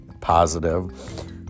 positive